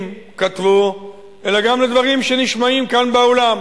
כתבו אלא גם לדברים שנשמעים כאן באולם.